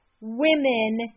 women